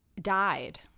died